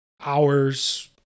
hours